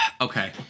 okay